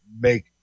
make